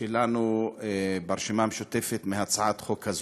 שלנו ברשימה המשותפת מהצעת החוק הזאת.